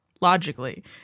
logically